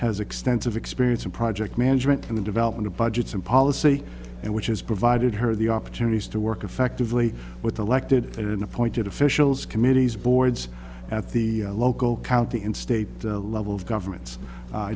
has extensive experience in project management and the development of budgets and policy and which has provided her the opportunities to work effectively with the elected and appointed officials committees boards at the local county and state level of governments